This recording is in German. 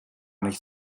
nicht